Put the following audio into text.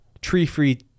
tree-free